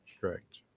correct